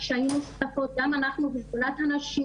כשהיינו שותפות גם אנחנו הנשים,